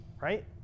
right